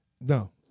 No